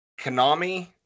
Konami